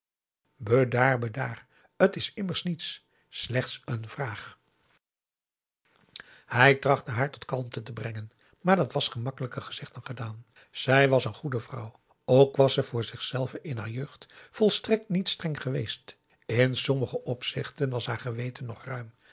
bedaar bedaar t is immers niets slechts n vraag hij trachtte haar tot kalmte te brengen maar dat was gemakkelijker gezegd dan gedaan zij was een goede vrouw ook was ze voor zichzelve in haar jeugd volstrekt niet streng geweest in sommige opzichten was haar geweten nog ruim